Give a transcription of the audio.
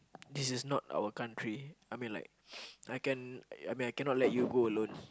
this is not our country I mean like I can I mean I cannot let you go alone